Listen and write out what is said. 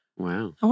Wow